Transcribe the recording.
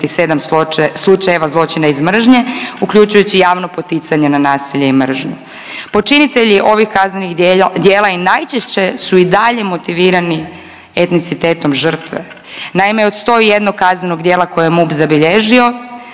87 slučajeva zločina iz mržnje uključujući javno poticanje na nasilje i mržnju. Počinitelji ovih kaznenih djela i najčešće su i dalje motivirani etnicitetom žrtve. Naime, od 101 kaznenog djela koje je MUP zabilježio